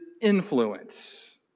influence